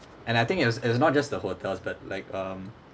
and I think it's it's not just the hotels but like um